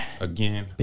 again